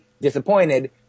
disappointed